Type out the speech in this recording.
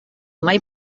mai